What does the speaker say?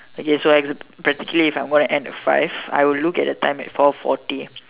okay so I practically if I'm going to end at five I will look at the time at four forty